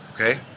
Okay